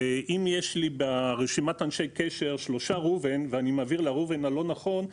אם יש לי ברשימת אנשי קשר שלושה ראובן ואני מעביר לראובן הלא נכון,